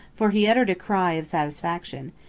for he uttered a cry of satisfaction,